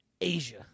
Asia